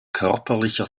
körperlicher